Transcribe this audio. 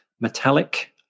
metallic